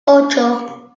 ocho